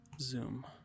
zoom